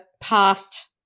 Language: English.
past